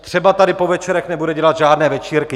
Třeba tady po večerech nebude dělat žádné večírky.